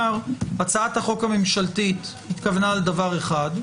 שהצעת החוק הממשלתית התכוונה לדבר אחד,